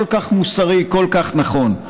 כל כך מוסרי, כל כך נכון.